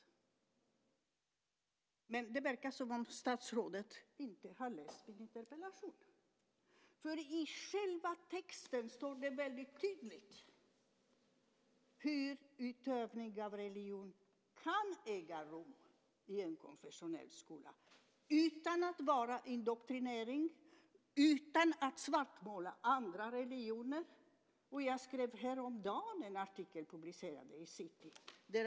Statsrådet verkar inte ha läst min interpellation. I själva texten där står det väldigt tydligt hur utövning av religion kan äga rum i en konfessionell skola utan att vara indoktrinering och utan att andra religioner svartmålas. Häromdagen skrev jag en artikel som publicerades i tidningen City.